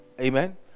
Amen